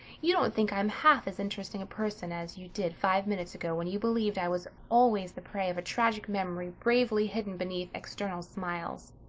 you don't think i'm half as interesting a person as you did five minutes ago when you believed i was always the prey of a tragic memory bravely hidden beneath external smiles.